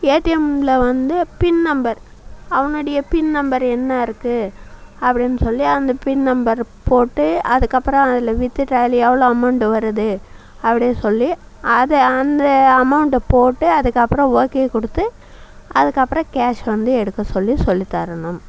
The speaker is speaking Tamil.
ஏடிஎம்மில் வந்து பின் நம்பர் அவனுடைய பின் நம்பர் என்னயிருக்கு அப்படினு சொல்லி அந்த பின் நம்பர் போட்டு அதுக்கப்புறம் அதில் வித்ட்ராயல் எவ்வளோ அமௌண்ட் வருது அப்படி சொல்லி அதை அந்த அமௌண்ட்டை போட்டு அதுக்கப்புறம் ஓகே கொடுத்து அதுக்கப்புறம் கேஷ் வந்து எடுக்க சொல்லி சொல்லி தரணும்